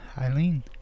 Eileen